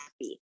happy